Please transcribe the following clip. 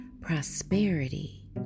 prosperity